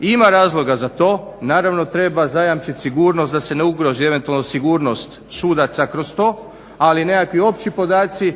ima razloga za to, naravno treba zajamčit sigurnost da se ne ugrozi eventualno sigurnost sudaca kroz to, ali nekakvi opći podaci